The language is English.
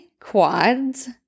quads